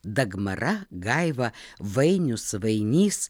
dagmara gaiva vainius vainys